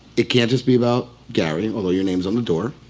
it can't just be about gary, although your name's on the door.